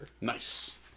Nice